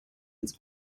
ins